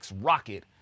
rocket